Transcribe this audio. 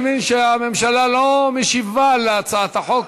אני מבין שהממשלה לא משיבה על הצעת החוק.